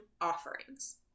offerings